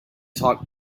talk